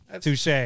Touche